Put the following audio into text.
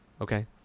Okay